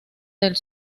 del